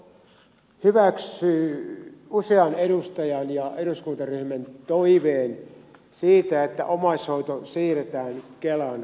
kelan johto hyväksyi usean edustajan ja eduskuntaryhmän toiveen siitä että omaishoito siirretään kelan hoidettavaksi